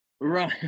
Right